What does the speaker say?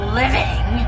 living